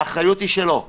האחריות היא שלו בסוף,